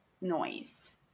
noise